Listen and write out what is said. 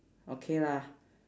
okay lah